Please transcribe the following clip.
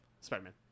Spider-Man